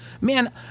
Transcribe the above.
man